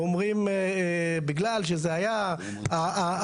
ואומרים שבגלל שזה היה הנדחה,